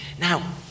Now